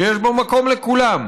שיש בו מקום לכולם,